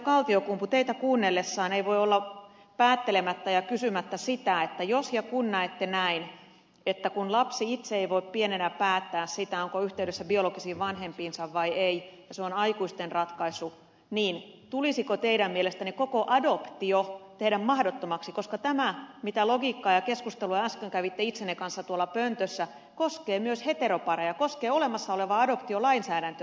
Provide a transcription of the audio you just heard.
kaltiokumpu teitä kuunnellessa ei voi olla päättelemättä ja kysymättä sitä että jos ja kun näette näin että kun lapsi itse ei voi pienenä päättää sitä onko yhteydessä biologisiin vanhempiinsa vai ei ja se on aikuisten ratkaisu niin tulisiko teidän mielestänne koko adoptio tehdä mahdottomaksi koska tämä mitä logiikkaa ja keskustelua äsken kävitte itsenne kanssa tuolla pöntössä koskee myös heteropareja koskee olemassa olevaa adoptiolainsäädäntöä